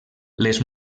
les